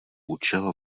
účel